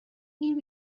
این